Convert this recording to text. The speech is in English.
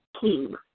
team